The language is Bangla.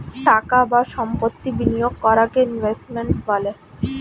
টাকা বা সম্পত্তি বিনিয়োগ করাকে ইনভেস্টমেন্ট বলে